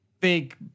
big